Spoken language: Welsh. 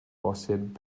posib